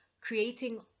creating